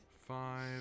Five